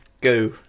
Go